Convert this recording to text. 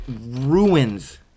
ruins